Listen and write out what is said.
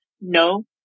no